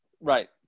Right